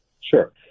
Sure